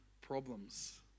problems